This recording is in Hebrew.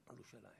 לירושלים.